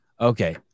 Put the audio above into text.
Okay